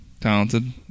talented